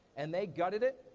and they gutted it,